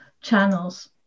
channels